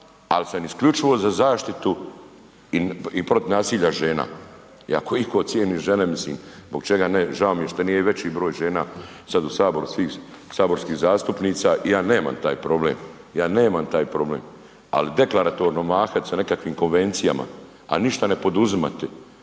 al sam isključivo za zaštitu i protiv nasilja žena i ako iko cijeni žene, mislim, zbog čega ne, žao mi je što nije veći broj žena sad u saboru svih saborskih zastupnica, ja nemam taj problem, ja nemam taj problem, ali deklaratorno mahat sa nekakvim konvencijama, a ništa ne poduzimati